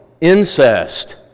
incest